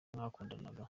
mwakundanaga